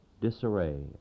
disarray